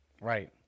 Right